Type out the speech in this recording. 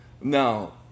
Now